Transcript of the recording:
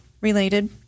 related